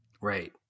Right